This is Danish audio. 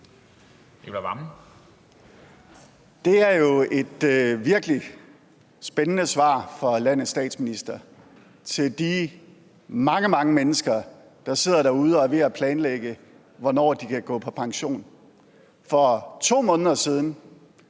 Det er jo et virkelig spændende svar fra landets statsminister til de mange, mange mennesker, der sidder derude og er ved at planlægge, hvornår de kan gå på pension. For 2 måneder siden